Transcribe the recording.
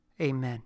Amen